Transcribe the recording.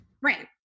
Right